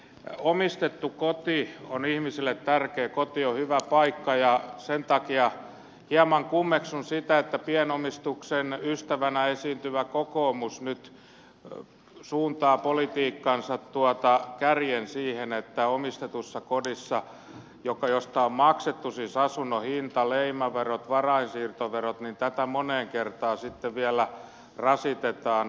omistettu koti on ihmiselle tärkeä koti on hyvä paikka ja sen takia hieman kummeksun sitä että pienomistuksen ystävänä esiintyvä kokoomus nyt suuntaa politiikkansa kärjen siihen että omistettua kotia josta on maksettu siis asunnon hinta leimaverot varainsiirtoverot moneen kertaan sitten vielä rasitetaan